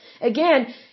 Again